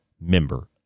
member